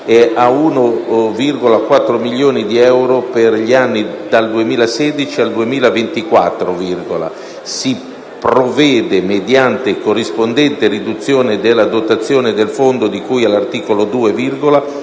e a 1,4 milioni di euro per gli anni dal 2016 al 2024, si provvede mediante corrispondente riduzione della dotazione del Fondo di cui all'articolo 2,